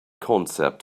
concept